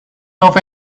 over